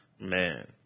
Man